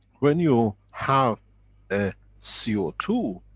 when you have a c o ah two,